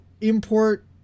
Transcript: import